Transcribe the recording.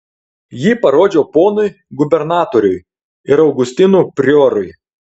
jį parodžiau ponui gubernatoriui ir augustinų priorui